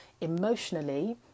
emotionally